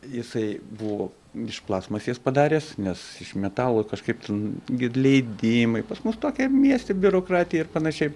jisai buvo iš plastmasės padaręs nes iš metalo kažkaip ten gi leidimai pas mus tokiam mieste biurokratija ir panašiai